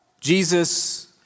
Jesus